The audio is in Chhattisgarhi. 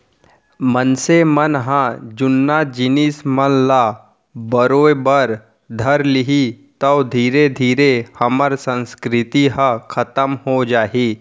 मनसे मन ह जुन्ना जिनिस मन ल बरोय बर धर लिही तौ धीरे धीरे हमर संस्कृति ह खतम हो जाही